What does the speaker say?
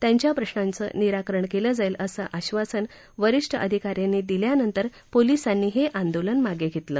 त्यांच्या प्रश्वांचं निराकरण केलं जाईल असं आधासन वरीष्ठ अधिका यांनी दिल्यानंतर पोलिसांनी हे आंदोलन मागे घेतलं